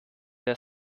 der